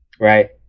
right